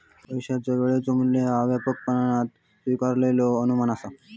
पैशाचा वेळेचो मू्ल्य ह्या व्यापकपणान स्वीकारलेलो अनुमान असा